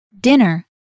Dinner